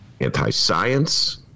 anti-science